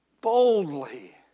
boldly